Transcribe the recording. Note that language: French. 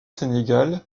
sénégal